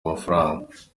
amafaranga